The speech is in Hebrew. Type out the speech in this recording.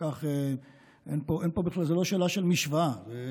זאת לא שאלה של משוואה,